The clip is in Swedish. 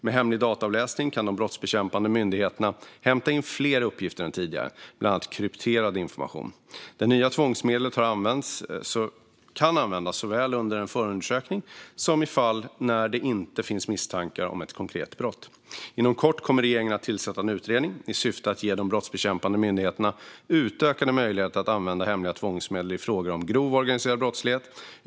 Med hemlig dataavläsning kan de brottsbekämpande myndigheterna hämta in fler uppgifter än tidigare, bland annat krypterad information. Det nya tvångsmedlet kan användas såväl under en förundersökning som i fall där det inte finns misstankar om ett konkret brott. Inom kort kommer regeringen att tillsätta en utredning i syfte att ge de brottsbekämpande myndigheterna utökade möjligheter att använda hemliga tvångsmedel i fråga om grov och organiserad brottslighet.